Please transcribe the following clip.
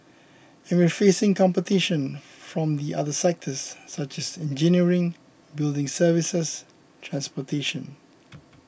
and we're facing competition from the other sectors such as engineering building services transportation